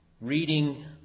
reading